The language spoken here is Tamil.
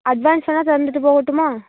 அட்வான்ஸ் வேணா தந்துட்டு போகட்டுமா